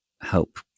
help